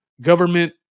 government